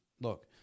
look